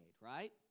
right